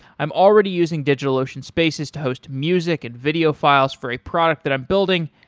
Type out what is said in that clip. i'm already using digitalocean spaces to host music and video files for a product that i'm building,